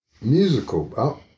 musical